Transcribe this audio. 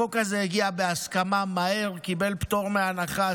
החוק הזה הגיע בהסכמה מהר, קיבל פטור מהנחה.